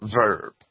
verb